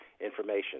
information